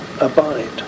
abide